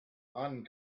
ahnen